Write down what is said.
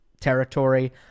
territory